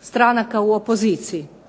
stranaka u opoziciji.